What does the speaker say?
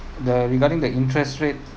the regarding the interest rate